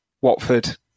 Watford